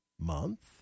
month